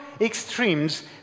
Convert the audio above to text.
extremes